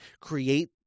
create